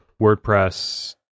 wordpress